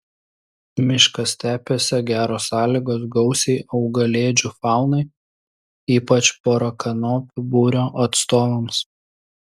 miškastepėse geros sąlygos gausiai augalėdžių faunai ypač porakanopių būrio atstovams